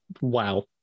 wow